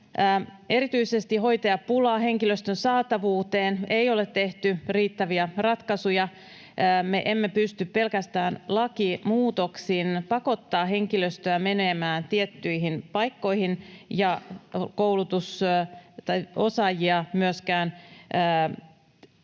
erityisesti hoitajapulaan, henkilöstön saatavuuteen, ei ole tehty riittäviä ratkaisuja. Me emme pysty pelkästään lakimuutoksin pakottamaan henkilöstöä menemään tiettyihin paikkoihin emmekä osaajia myöskään yhtäkkiä